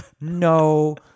no